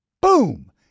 boom